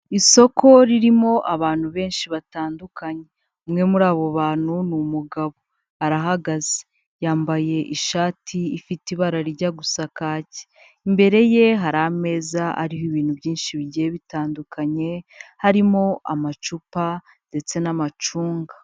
Isoko ririmo abantu benshi batandukanye, umwe muri abo bantu ni umugabo, arahagaze, yambaye ishati ifite ibara rijya gusa kaki, imbere ye hari ameza ariho ibintu byinshi bigiye bitandukanye, harimo amacupa ndetse n'amacunga.